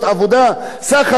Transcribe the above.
מכלל העובדים,